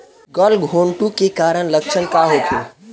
गलघोंटु के कारण लक्षण का होखे?